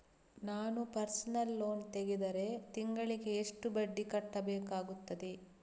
ನಾನು personal loan ತೆಗೆದರೆ ತಿಂಗಳಿಗೆ ಎಷ್ಟು ಬಡ್ಡಿ ಕಟ್ಟಬೇಕಾಗುತ್ತದೆ?